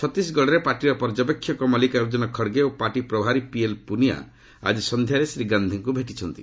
ଛତିଶଗଡ଼ରେ ପାର୍ଟିର ପର୍ଯ୍ୟବେକ୍ଷକ ମଲ୍ଲିକାର୍ଜ୍ରନ ଖଡ଼ଗେ ଓ ପାର୍ଟି ପ୍ରଭାରୀ ପିଏଲ୍ ପ୍ରନିଆ ଆକି ସନ୍ଧ୍ୟାରେ ଶ୍ରୀ ଗାନ୍ଧିଙ୍କ ଭେଟିଛନ୍ତି